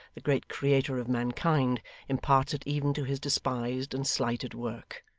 the great creator of mankind imparts it even to his despised and slighted work.